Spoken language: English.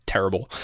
terrible